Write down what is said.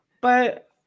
but-